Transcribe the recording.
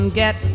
get